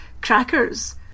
crackers